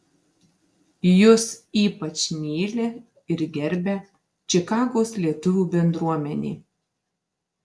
jus ypač myli ir gerbia čikagos lietuvių bendruomenė